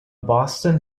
boston